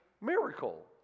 miracle